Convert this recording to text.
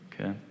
okay